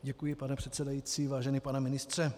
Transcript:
Děkuji, pane předsedající, vážený pane ministře.